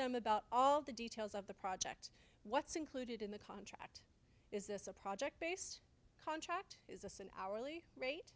them about all the details of the project what's included in the contract is this a project based contract is a sin hourly rate